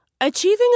Achieving